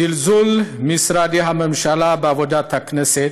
זלזול משרדי הממשלה בעבודת הכנסת.